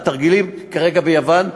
התרגילים כרגע ביוון.